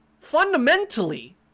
Fundamentally